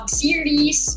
series